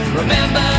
remember